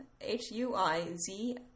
H-U-I-Z